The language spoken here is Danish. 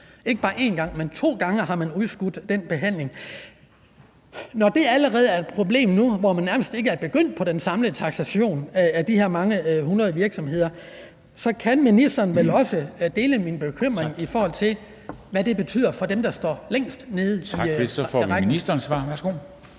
Ikke bare en gang, men to gange har man udskudt den behandling. Når der allerede er et problem nu, hvor man nærmest ikke er begyndt på den samlede taksation af de her mange hundrede virksomheder, så kan ministeren vel også dele min bekymring, i forhold til hvad det betyder for dem, der står længst nede i rækken. Kl. 13:27 Formanden (Henrik